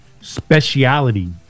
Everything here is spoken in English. speciality